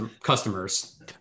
customers